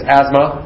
asthma